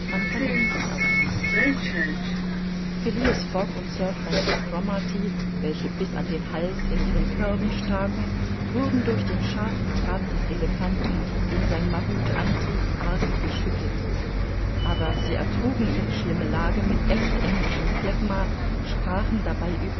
verließ sich auf ihn phileas fogg und sir francis cromarty welche bis an den hals in ihren körben staken wurden durch den scharfen trab des elephanten den sein mahut antrieb arg geschüttelt aber sie ertrugen ihre schlimme lage mit echt englischem phlegma sprachen dabei